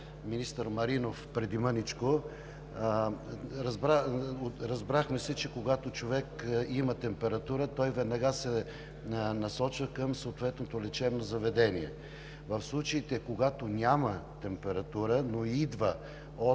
министър Маринов преди малко. Разбрахме се, че когато човек има температура, той веднага се насочва към съответното лечебно заведение. В случаите, когато няма температура, но идва от